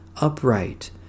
upright